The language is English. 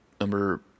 number